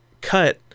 cut